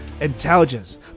intelligence